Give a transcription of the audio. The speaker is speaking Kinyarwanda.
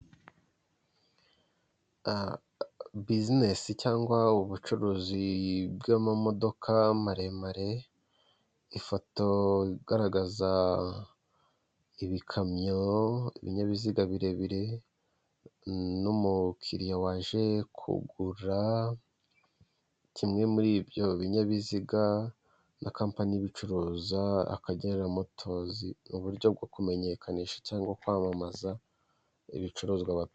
Bizinesi cyangwa ubucuruzi bw'amamodoka maremare, ifoto igaragaza ibikamyo, ibinyabiziga birebire, n'umukiriya waje kugura, kimwe muri ibyo binyabiziga na kampani ibicuruza akagenera motozi uburyo bwo kumenyekanisha cyangwa kwamamaza ibicuruzwa batanga.